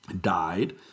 died